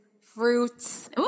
fruits